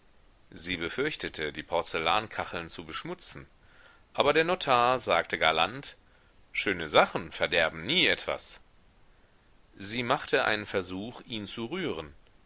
sie befürchtete die porzellankacheln zu beschmutzen aber der notar sagte galant schöne sachen verderben nie etwas sie machte einen versuch ihn zu rühren